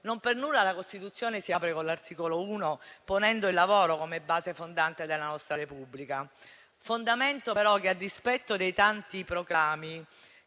Non per nulla la Costituzione si apre con l'articolo 1, ponendo il lavoro come base fondante della nostra Repubblica; fondamento però che, a dispetto dei tanti proclami